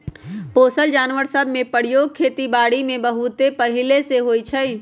पोसल जानवर सभ के प्रयोग खेति बारीमें बहुते पहिले से होइ छइ